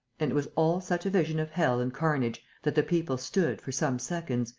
and it was all such a vision of hell and carnage that the people stood, for some seconds,